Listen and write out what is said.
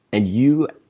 and you,